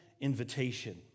invitation